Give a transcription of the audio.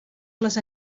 les